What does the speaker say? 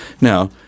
Now